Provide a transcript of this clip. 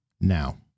now